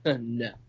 No